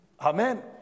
Amen